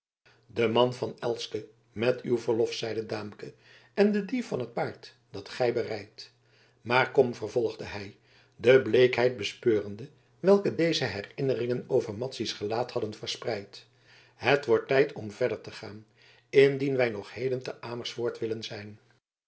de man van elske met uw verlof zeide daamke en de dief van het paard dat gij berijdt maar kom vervolgde hij de bleekheid bespeurende welke deze herinneringen over madzy's gelaat hadden verspreid het wordt tijd om verder te gaan indien wij nog heden te amersfoort willen zijn